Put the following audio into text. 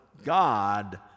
God